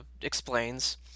explains